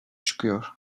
çıkıyor